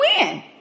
win